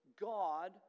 God